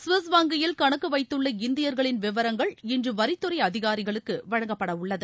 கவிஸ் வங்கியில் கணக்கு வைத்துள்ள இந்தியர்களின் விவரங்கள் இன்று வரித்துறை அதிகாரிகளுக்கு வழங்கப்படவுள்ளது